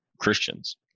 Christians